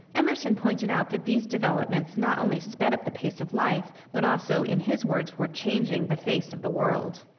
emerson pointed out that these developments not only sped up the pace of life but also, in his words, were changing the face of the world.